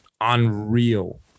unreal